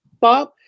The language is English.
Bob